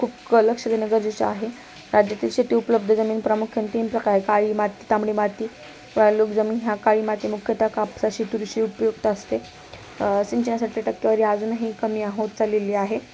खूप लक्ष देणे गरजेचे आहे राज्यातील शेती उपलब्ध जमीन प्रामुख्याने तीन प्रकार आहे काळी माती तांबडी माती व लोक जमीन ह्या काळी माती मुख्यतः कापसाशी तुरीशी उपयुक्त असते सिंचण्यासाठी टक्केवारी अजूनही कमी होत चालली आहे